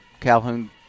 Calhoun